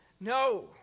no